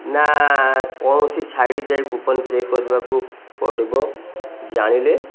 ନା କୌଣସି ସାଇଟ୍ ଯାଇ କୁପନ୍ ଚେକ୍ କରିବାକୁ ପଡ଼ିବ ଜାଣିଲେ